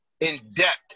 in-depth